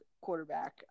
quarterback